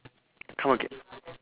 come agai~